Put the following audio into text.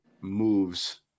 moves